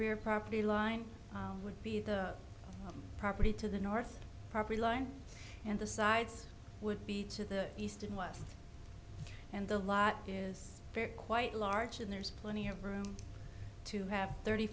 rear property line would be the property to the north property line and the sides would be to the east and west and the lot is quite large and there's plenty of room to have thirty